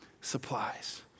supplies